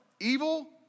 Evil